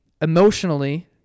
emotionally